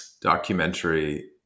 documentary